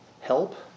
help